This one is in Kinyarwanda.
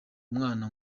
umwana